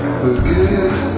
forgive